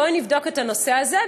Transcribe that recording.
בואי נבדוק את הנושא הזה,